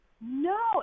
No